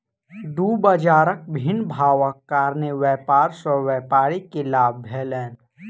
दू बजारक भिन्न भावक कारणेँ व्यापार सॅ व्यापारी के लाभ भेलैन